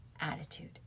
attitude